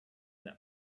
that